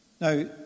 Now